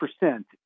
percent